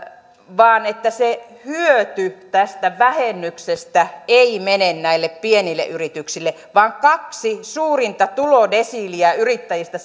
vaan siitä että se hyöty tästä vähennyksestä ei mene näille pienille yrityksille vaan kaksi suurinta tulodesiiliä yrittäjistä